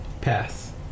Pass